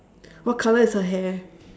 what colour is her hair